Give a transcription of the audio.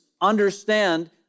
understand